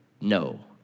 no